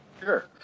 Sure